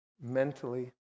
mentally